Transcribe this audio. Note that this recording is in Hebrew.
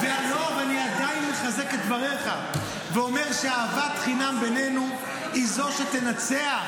ואני עדיין מחזק את דבריך ואומר שאהבת חינם בינינו היא זו שתנצח,